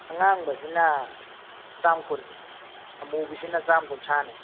ꯑꯉꯥꯡꯕꯁꯤꯅ ꯆꯥꯝꯃ ꯀꯨꯟꯅꯦ ꯑꯃꯨꯕꯁꯤꯅ ꯆꯥꯝꯃ ꯀꯨꯟꯊ꯭ꯔꯥꯅꯦ